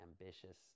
ambitious